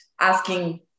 asking